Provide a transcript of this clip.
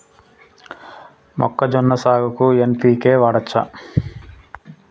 మొక్కజొన్న సాగుకు ఎన్.పి.కే వాడచ్చా?